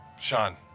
Sean